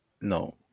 no